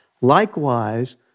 Likewise